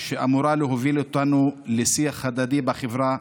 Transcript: שאמורה להוביל אותנו לשיח הדדי בחברה,